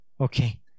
Okay